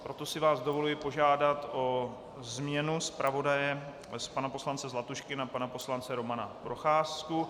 Proto si vás dovoluji požádat o změnu zpravodaje z pana poslance Zlatušky na pana poslance Romana Procházku.